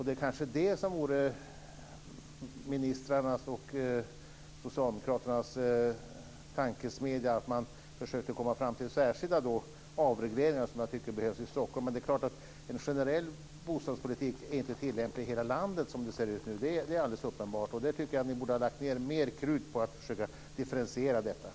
Det är kanske socialdemokraternas tanke att försöka komma fram till sådana särskilda avregleringar som jag tycker behövs i Stockholm. Men det är alldeles uppenbart att en generell bostadspolitik som det nu ser ut inte är tillämplig i hela landet. Jag tycker att ni borde ha lagt ned mera krut på att differentiera politiken.